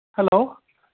hello